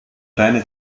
rainer